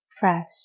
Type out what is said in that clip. fresh